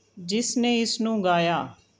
ਜਿਸ ਨੇ ਇਸ ਨੂੰ ਗਾਇਆ